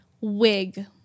Wig